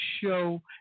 show